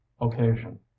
occasion